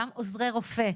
גם עוזרי רופא,